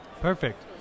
Perfect